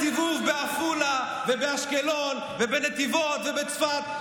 בואי קצת לסיבוב בעפולה ובאשקלון ובנתיבות ובצפת,